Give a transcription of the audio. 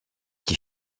qui